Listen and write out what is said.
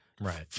right